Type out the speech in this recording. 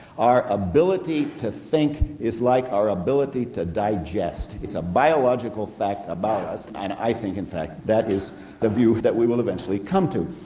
our ability to think is like our ability to digest, it's a biological fact about us, and i think in fact that is the view that we will eventually come to.